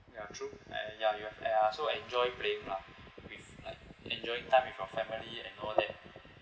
ya true uh ya you have ya so enjoy playing with like enjoying time with your family and all that